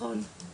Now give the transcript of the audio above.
נכון.